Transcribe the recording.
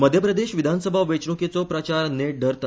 मध्यप्रदेश विधानसभा वेचणूकेचो प्रचार नेट धरता